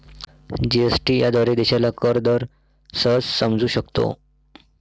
GST याद्वारे देशाला कर दर सहज समजू शकतो